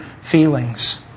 feelings